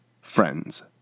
friends